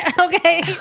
Okay